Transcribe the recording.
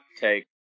take